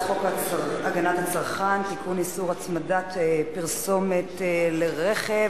גברתי היושבת-ראש,